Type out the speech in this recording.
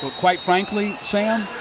quite frankly, sam,